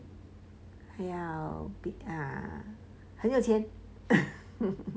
不要有病啊很有钱